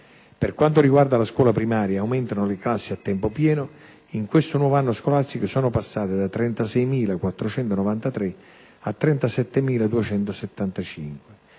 Per quanto riguarda la scuola primaria, aumentano le classi a tempo pieno. In questo nuovo anno scolastico sono passate da 36.493 a 37.275.